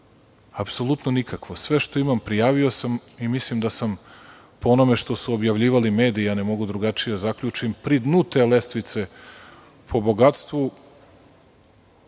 bogatstvo. Sve što imam prijavio sam i mislim da sam po onome što su objavljivali mediji, ja ne mogu drugačije da zaključim, pri dnu te lestvice po bogatstvu.